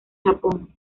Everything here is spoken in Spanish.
japón